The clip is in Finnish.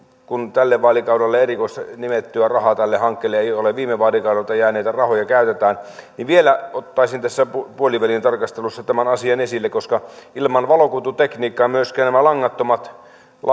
kun tälle vaalikaudelle erikoisnimettyä rahaa tälle hankkeelle ei ole ole viime vaalikaudelta jääneitä rahoja käytetään niin vielä ottaisin tässä puolivälitarkastelussa tämän asian esille koska ilman valokuitutekniikkaa myöskään nämä langattomat